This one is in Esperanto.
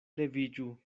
leviĝu